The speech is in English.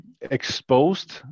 exposed